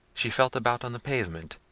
she felt about on the pavement,